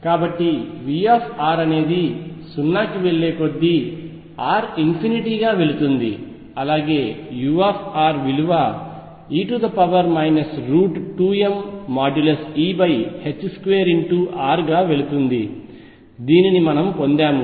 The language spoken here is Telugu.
కాబట్టి V అనేది 0 కి వెళ్ళే కొద్దీ r ఇన్ఫినిటీ గా వెళుతుంది అలాగే u విలువ e 2mE2r గా వెళుతుంది దీనిని మనము పొందాము